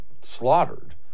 slaughtered